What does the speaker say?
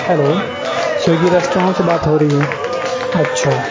hello Swiggy restaurant سے بات ہو رہی ہے اچھا